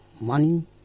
money